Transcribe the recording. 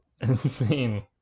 insane